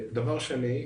דבר שני,